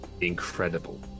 incredible